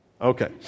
Okay